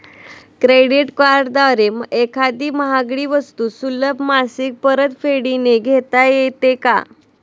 Credit कार्डद्वारे एखादी महागडी वस्तू सुलभ मासिक परतफेडने घेता येते का?